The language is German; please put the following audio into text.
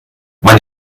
man